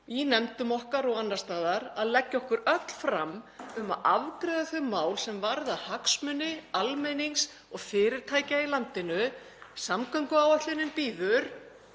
í nefndum okkar og annars staðar að leggja okkur öll fram um að afgreiða þau mál sem varða hagsmuni almennings og fyrirtækja í landinu. Samgönguáætlunin bíður,